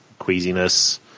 Queasiness